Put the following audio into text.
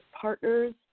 partners